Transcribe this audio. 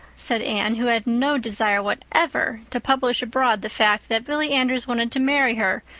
said anne, who had no desire whatever to publish abroad the fact that billy andrews wanted to marry her,